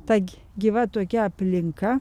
ta gyva tokia aplinka